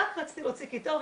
רק רציתי להוציא קיטור,